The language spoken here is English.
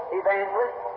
evangelist